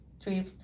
three